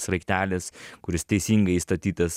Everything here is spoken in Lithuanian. sraigtelis kuris teisingai įstatytas